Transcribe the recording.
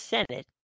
Senate